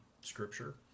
scripture